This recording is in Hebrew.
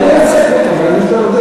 אני לא המצאתי אותם, אתה יודע.